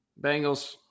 Bengals